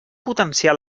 potenciar